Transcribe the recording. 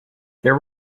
there